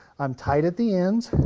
i'm tight at the ends,